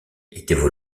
étaient